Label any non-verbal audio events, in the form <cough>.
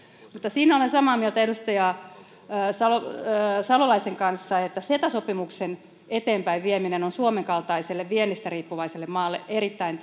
siinä olen samaa mieltä edustaja salolaisen kanssa että ceta sopimuksen eteenpäinvieminen on suomen kaltaiselle viennistä riippuvaiselle maalle erittäin <unintelligible>